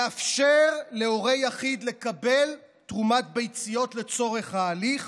לאפשר להורה יחיד לקבל תרומת ביציות לצורך ההליך